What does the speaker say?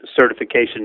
certification